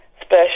special